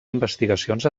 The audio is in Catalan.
investigacions